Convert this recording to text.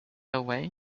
away